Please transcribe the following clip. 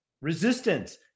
resistance